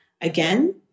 again